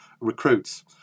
recruits